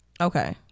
Okay